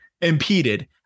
impeded